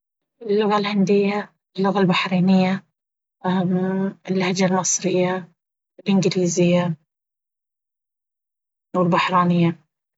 اللغة الهندية، اللغة البحرينية اللهجة المصرية، الإنجليزية والبحرانية.